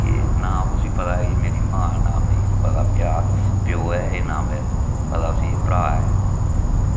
कि ना एह् उस्सी पता कि मेरी मां ना मेरी पता प्या प्यो ऐ एह् ना में पता उस्सी एह् भ्राऽ ऐ